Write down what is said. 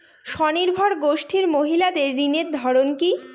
স্বনির্ভর গোষ্ঠীর মহিলাদের ঋণের ধরন কি?